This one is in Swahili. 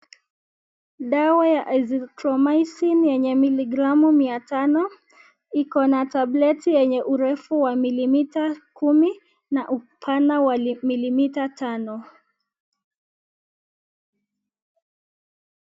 Dawa ya azinthromycin yenye miligramu mia tano iko na tableti yenye urefu ya millilita kumi na upana wa millilita tano.